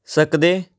ਸਕਦੇ